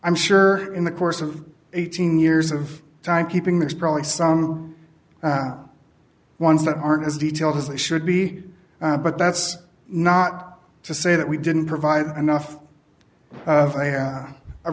i'm sure in the course of eighteen years of timekeeping there's probably some ones that aren't as detailed as they should be but that's not to say that we didn't provide enough of a